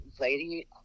lady